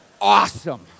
awesome